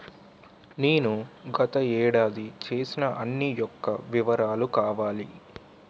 నేను గత ఏడాది చేసిన అన్ని యెక్క వివరాలు కావాలి?